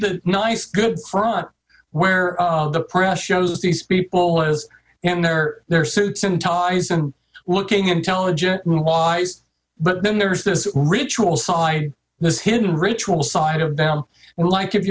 the nice good front where the press shows these people and their their suits and ties and looking intelligent and wise but then there's this ritual side this hidden ritual side